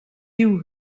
hue